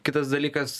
kitas dalykas